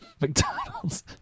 mcdonald's